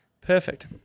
Perfect